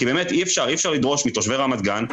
כי באמת אי-אפשר לדרוש מתושבי רמת גן,